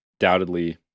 undoubtedly